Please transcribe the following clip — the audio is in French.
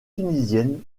tunisienne